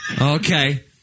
Okay